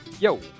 Yo